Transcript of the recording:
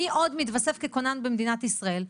מי עוד מתווסף ככונן במדינת ישראל,